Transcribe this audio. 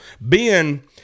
Ben